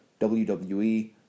WWE